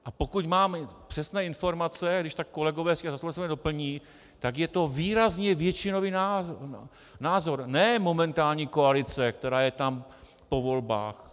A pokud mám přesné informace když tak kolegové z mě doplní, tak je to výrazně většinový názor, ne momentální koalice, která je tam po volbách.